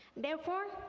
therefore,